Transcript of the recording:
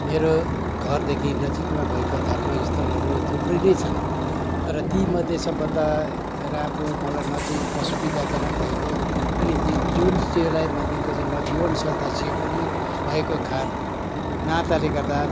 मेरो घरदेखि नजिकमा भएका धर्म स्थलहरू थुप्रै नै छन् तर तीमध्ये सबभन्दा राम्रो मलाई नजिक र सुविधाजनक भएको अनि त्यहाँ जुन शिवालय मन्दिरको चाहिँ म आजीवन सदस्य पनि भएको खात नाताले गर्दा